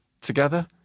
Together